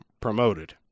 promoted